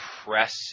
Press